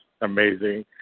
Amazing